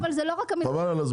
אבל זו לא רק המלחמה באוקראינה.